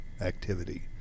activity